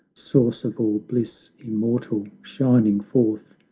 source of all bliss, immortal, shining forth,